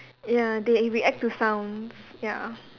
ya they react to sounds ya